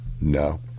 No